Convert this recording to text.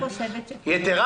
אני חושבת שכן.